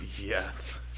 Yes